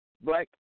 black